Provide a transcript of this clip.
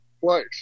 place